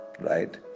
right